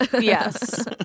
yes